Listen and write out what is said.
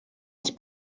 ich